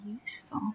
useful